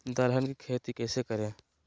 दलहन की खेती कैसे करें?